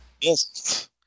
Yes